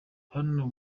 hano